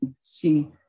see